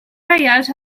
reials